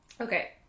Okay